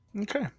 Okay